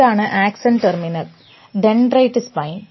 ഇതാണ് axon terminal dendrite spine